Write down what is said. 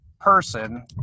person